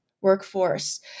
workforce